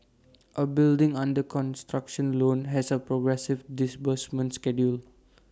A building under construction loan has A progressive disbursement can deal